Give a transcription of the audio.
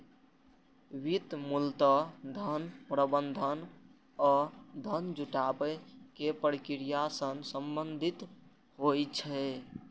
वित्त मूलतः धन प्रबंधन आ धन जुटाबै के प्रक्रिया सं संबंधित होइ छै